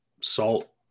salt